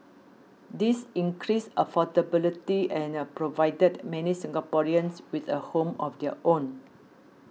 this increased affordability and a provided many Singaporeans with a home of their own